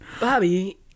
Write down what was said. Bobby